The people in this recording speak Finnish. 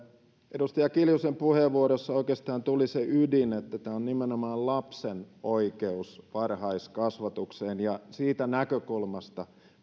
edustaja kiljusen puheenvuorossa oikeastaan tuli se ydin että tämä on nimenomaan lapsen oikeus varhaiskasvatukseen ja siitä näkökulmasta